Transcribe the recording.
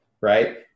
right